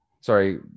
Sorry